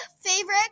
favorite